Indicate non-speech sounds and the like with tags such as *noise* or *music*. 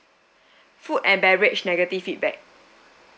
*breath* food and beverage negative feedback